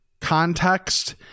context